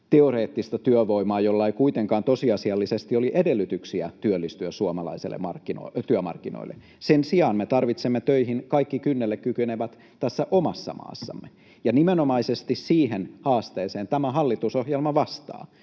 teoreettista työvoimaa, jolla ei kuitenkaan tosiasiallisesti ole edellytyksiä työllistyä suomalaisille työmarkkinoille. Sen sijaan me tarvitsemme töihin kaikki kynnelle kykenevät tässä omassa maassamme, ja nimenomaisesti siihen haasteeseen tämä hallitusohjelma vastaa.